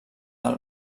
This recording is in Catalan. del